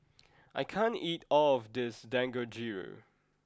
I can't eat all of this Dangojiru